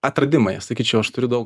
atradimai aš sakyčiau aš turiu daug